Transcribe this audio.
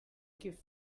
gift